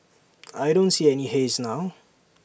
I don't see any haze now